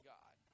God